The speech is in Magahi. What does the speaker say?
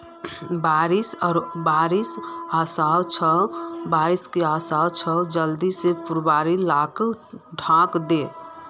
बारिश ओशो छे जल्दी से पुवाल लाक ढके दे